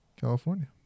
California